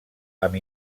amb